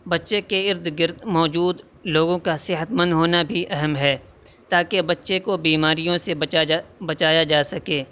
بچے کے ارد گرد موجود لوگوں کا صحت مند ہونا بھی اہم ہے تاکہ بچے کو بیماریوں سے بچایا جا سکے